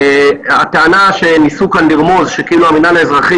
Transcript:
הטענה שניסו כאן לרמוז שכאילו המינהל האזרחי